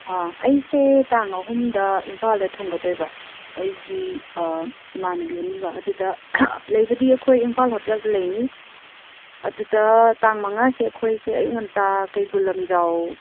ꯑꯩꯁꯦ ꯇꯥꯡ ꯑꯍꯨꯝꯗ ꯏꯝꯐꯥꯜꯗ ꯊꯨꯡꯒꯗꯣꯏꯕ ꯑꯩꯒꯤ ꯏꯃꯥꯟꯅꯕꯤ ꯑꯅꯤꯒ ꯑꯗꯨꯗ ꯂꯩꯕꯗꯤ ꯑꯩꯈꯣꯏ ꯏꯝꯐꯥꯜ ꯍꯣꯇꯦꯜꯗ ꯂꯩꯅꯤ ꯑꯗꯨꯗ ꯇꯥꯡ ꯃꯉꯥꯁꯦ ꯑꯩꯈꯣꯏꯁꯦ ꯀꯩꯕꯨꯜ ꯂꯝꯖꯥꯎ